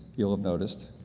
you'll have noticed,